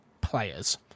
players